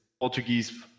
Portuguese